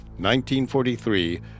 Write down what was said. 1943